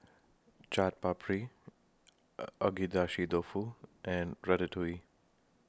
Chaat Papri Agedashi Dofu and Ratatouille